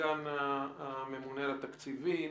סגן הממונה על התקציבים.